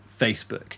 Facebook